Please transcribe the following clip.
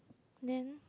then